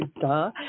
duh